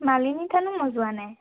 মালিনী থানো মই যোৱা নাই